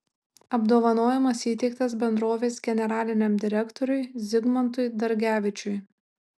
apdovanojimas įteiktas bendrovės generaliniam direktoriui zigmantui dargevičiui